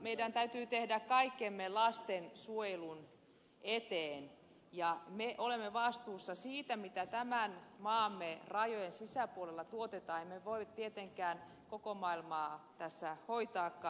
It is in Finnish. meidän täytyy tehdä kaikkemme lastensuojelun eteen ja me olemme vastuussa siitä mitä tämän maamme rajojen sisäpuolella tuotetaan ja emme me voi tietenkään koko maailmaa tässä hoitaakaan